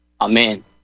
Amen